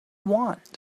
want